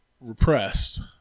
repressed